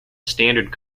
standard